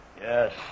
Yes